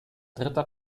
dritter